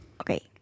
Okay